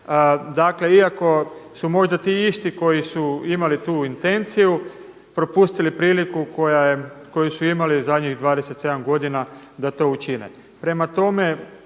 Dakle, iako su možda ti isti koji su imali tu intenciju propustili priliku koju su imali zadnjih 27 godina da to učine.